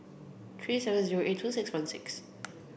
three seven zero eight two six one six